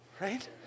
right